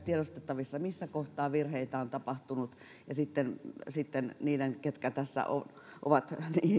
tiedostettavissa missä kohtaa virheitä on tapahtunut ja sitten sitten niillä ketkä ovat